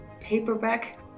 paperback